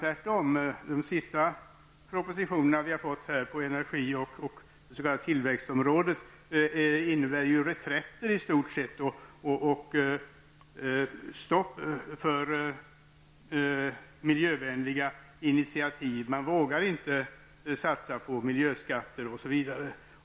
De senaste propositionerna vi har fått från energioch det s.k. tillväxtområdet visar, tvärtom, på reträtter och stopp för miljövänliga initiativ. Regeringen vågar inte satsa på t.ex. miljöskatter.